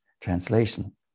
translation